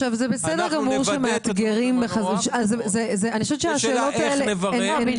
עכשיו זה בסדר גמור שמאתגרים --- השאלה היא איך נברר.